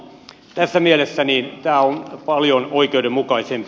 tässä mielessä tämä on paljon oikeudenmukaisempi